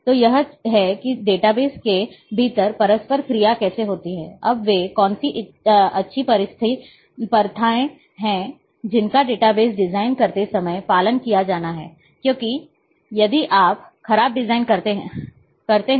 तो यह है कि डेटाबेस के भीतर परस्पर क्रिया कैसे होती है अब वे कौन सी अच्छी प्रथाएँ हैं जिनका डेटाबेस डिज़ाइन करते समय पालन किया जाना चाहिए क्योंकि यदि आप खराब डिज़ाइन करते हैं